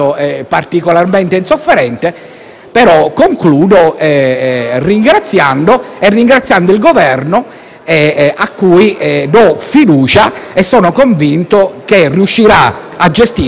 ma concludo, ringraziando il Governo al quale do fiducia. Sono convinto che riuscirà a gestire bene i rapporti bilaterali